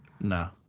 No